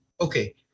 Okay